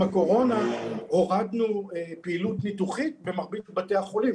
הקורונה הורדנו פעילות של ניתוחים במרבית בתי החולים.